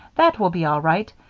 that will be all right,